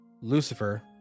Lucifer